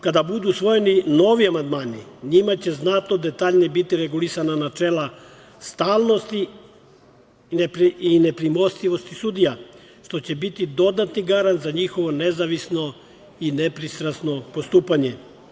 Kada budu usvojeni novi amandmani, njima će znatno detaljnije biti regulisana načela stalnosti i nepremostivosti sudija, što će biti dodatni garant za njihovo nezavisno i nepristrasno postupanje.